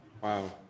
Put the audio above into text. wow